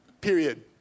period